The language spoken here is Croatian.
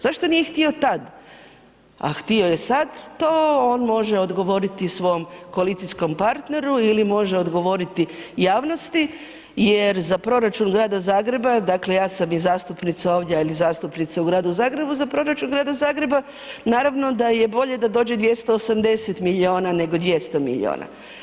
Zašto nije htio tad, a htio je sad, to on može odgovoriti svom koalicijskom partneru ili može odgovoriti javnosti jer za proračun grada Zagreba, dakle ja sam i zastupnica ovdje, ali i zastupnica u gradu Zagrebu za proračun grada Zagreba, naravno da je bolje da dođe 280 milijuna nego 200 milijuna.